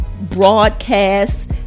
broadcast